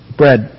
bread